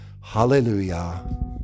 Hallelujah